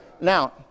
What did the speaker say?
Now